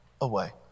away